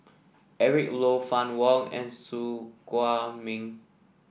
Eric Low Fann Wong and Su Guaning